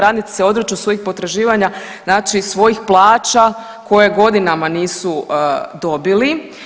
Radnici se odriču svojih potraživanja znači svojih plaća koje godinama nisu dobili.